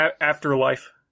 afterlife